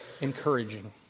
encouraging